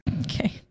Okay